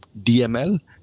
DML